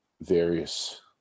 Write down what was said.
various